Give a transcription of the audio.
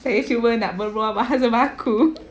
saya cuba nak berbahasa baku